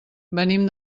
venim